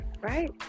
right